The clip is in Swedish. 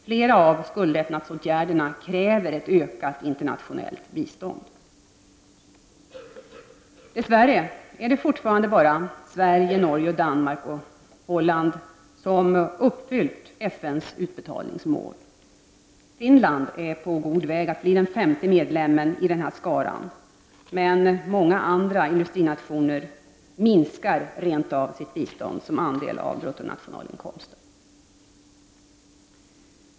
Flera av skuldlättnadsåtgärderna kräver ett ökat internationellt bistånd. Dess värre är det fortfarande bara Sverige, Norge, Danmark och Holland som uppfyllt FN:s utbetalningsmål. Finland är på god väg att bli den femte medlemmen i denna skara, medan många andra industrinationer rent av minskar sitt bistånd som andel av bruttonationalinkomsten.